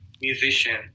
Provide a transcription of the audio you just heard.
musician